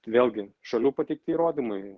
vėlgi šalių pateikti įrodymai